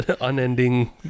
unending